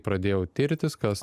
pradėjau tirtis kas